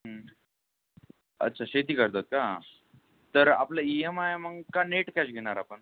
हं अच्छा शेती करतात का तर आपलं ई एम आय मग का नेट कॅश घेणार आपण